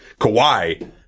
Kawhi